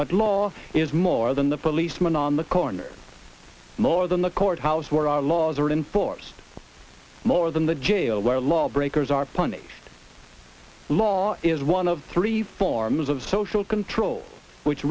but law is more than the policeman on the corner more than the courthouse where our laws are enforced more than the jail where lawbreakers are punished law is one of three forms of social control which